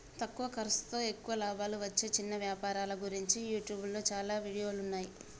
తక్కువ ఖర్సుతో ఎక్కువ లాభాలు వచ్చే చిన్న వ్యాపారాల గురించి యూట్యూబ్లో చాలా వీడియోలున్నయ్యి